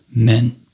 amen